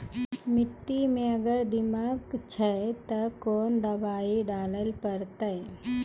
मिट्टी मे अगर दीमक छै ते कोंन दवाई डाले ले परतय?